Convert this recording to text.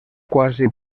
quasi